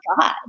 God